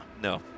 No